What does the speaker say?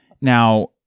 Now